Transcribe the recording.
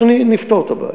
אנחנו נפתור את הבעיה.